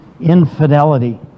infidelity